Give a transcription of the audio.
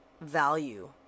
value